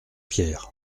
pierre